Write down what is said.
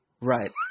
Right